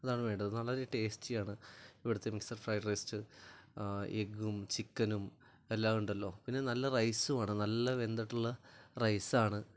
അതാണ് വേണ്ടത് നല്ലൊരു ടേസ്റ്റിയാണ് ഇവിടുത്തെ മിക്സഡ് ഫ്രൈഡ് റൈസ് എഗ്ഗും ചിക്കനും എല്ലാം ഉണ്ടല്ലൊ പിന്നെ അത് നല്ല റൈസുമാണ് നല്ല വെന്തിട്ടുള്ള റൈസാണ്